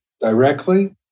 directly